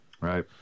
Right